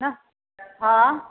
ना हँ